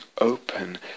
open